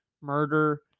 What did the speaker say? murder